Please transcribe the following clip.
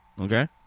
Okay